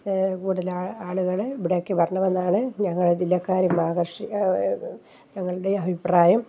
കൂടുതൽ ആളുകൾ ഇവിടേക്ക് വരണമെന്നാണ് ഞങ്ങളുടെ ജില്ലക്കാർ ഇവിടെ ആകർഷ ഞങ്ങളുടെ അഭിപ്രായം